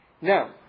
Now